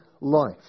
Life